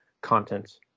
content